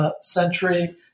century